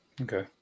Okay